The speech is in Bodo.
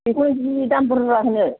बेखौनो जि दाम बुरजा होनो